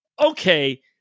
okay